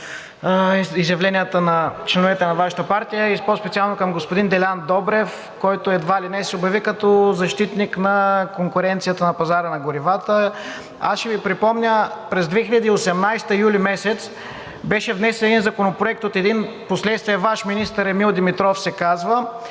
изявленията на членовете на Вашата партия, и по-специално към господин Делян Добрев, който едва ли не се обяви като защитник на конкуренцията на пазара на горивата. Аз ще Ви припомня. През 2018 г. – месец юли, беше внесен един законопроект от един впоследствие Ваш министър – Емил Димитров се казва,